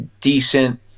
decent